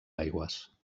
aigües